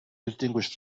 distinguished